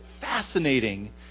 fascinating